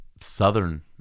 Southern